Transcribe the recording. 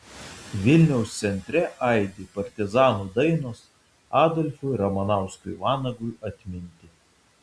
vilniaus centre aidi partizanų dainos adolfui ramanauskui vanagui atminti